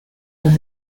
los